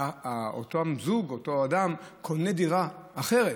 ואותו זוג, אותו אדם, קונה דירה אחרת.